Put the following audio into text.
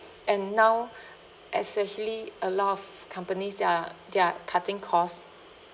and now especially a lot of companies they're they're cutting cost